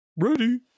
ready